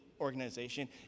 organization